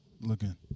Looking